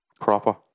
Proper